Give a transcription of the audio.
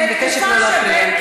אני מבקשת לא להפריע.